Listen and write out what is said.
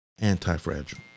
anti-fragile